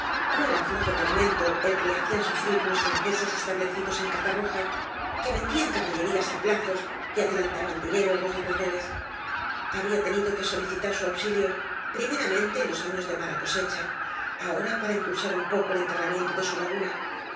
no era flojo tormento el que le hacían sufrir unos fran ceses establecidos en catarroja que vendían ca ballerías á plazos y adelantaban dinero á los labradores había tenido que solicitar su auxilio primeramente en los afios de mala cosecha ahora para impulsar un poco el enterramiento de su